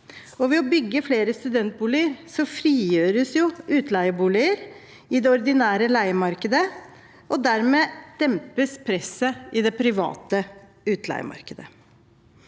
Ved å bygge flere studentboliger frigjøres utleieboliger i det ordinære leiemarkedet. Dermed dempes presset i det private utleiemarkedet.